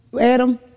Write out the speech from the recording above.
Adam